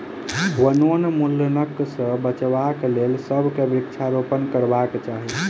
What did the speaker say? वनोन्मूलनक सॅ बचाबक लेल सभ के वृक्षारोपण करबाक चाही